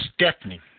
Stephanie